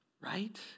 Right